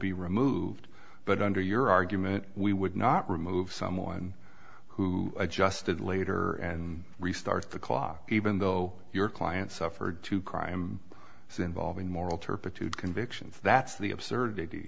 be removed but under your argument we would not remove someone who adjusted later and restart the clock even though your client suffered two crime so involving moral turpitude convictions that's the absurdity